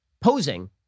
posing